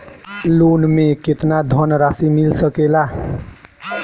Loan मे केतना धनराशी मिल सकेला?